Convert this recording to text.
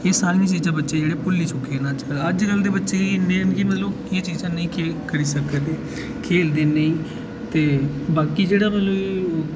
एह् सारियां चीजां बच्चे जेह्ड़ियां भुल्ली चुक्के दे न अजकल दे बच्चे इन्ने कि मतलब किश चीजां नेईं करी सकदे खेढदे नेईं ते बाकी जेह्ड़ा मतलब